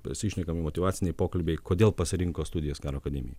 pasišnekam motyvaciniai pokalbiai kodėl pasirinko studijas karo akademijoj